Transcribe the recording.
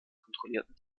kontrollierten